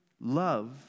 love